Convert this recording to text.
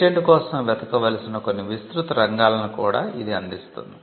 patent కోసం వెతకవలసిన కొన్ని విస్తృత రంగాలను కూడా ఇది అందిస్తుంది